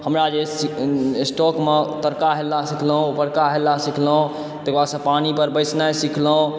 हमरा जे स्ट्रोकमे तरका हेलनाइ सिखलहुँ ऊपरका हेलनाइ सिखलहुँ तकरा बादसँ पानी पर बसिनाइ सिखलहुँ